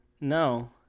No